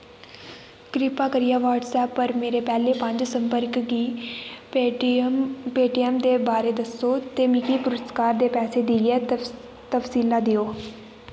कृपा करियै व्हाट्सऐप पर मेरे पैह्ले पंज संपर्क गी पेटीऐम्म दे बारै दस्सो ते मिगी पुरस्कार दे पैसे दियां तफसीलां देओ